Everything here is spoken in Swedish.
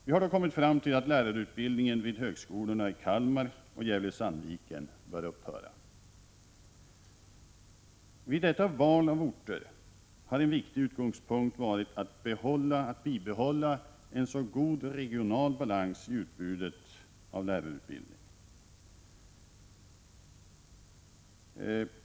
Vi har kommit fram till att lärarutbildningen vid högskolorna i Kalmar och Gävle-Sandviken bör upphöra. Vid detta val av orter har en viktig utgångspunkt varit att bibehålla en så god regional balans i utbudet av lärarutbildning som möjligt.